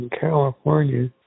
California